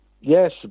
yes